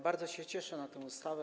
Bardzo się cieszę na tę ustawę.